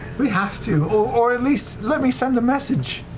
we have to, or at least let me send a message.